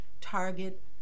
target